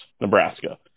Nebraska